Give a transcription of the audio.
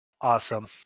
Awesome